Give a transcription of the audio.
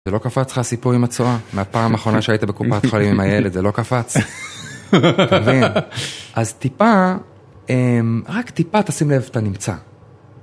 זה לא קפץ לך הסיפור עם הצואה? מהפעם האחרונה שהיית בקופת חולים עם הילד, זה לא קפץ? אתה מבין? אז טיפה, רק טיפה תשים לב איפה אתה נמצא.